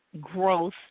growth